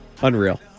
Unreal